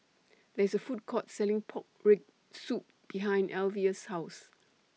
There IS A Food Court Selling Pork Rib Soup behind Alvia's House